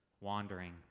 wandering